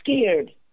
scared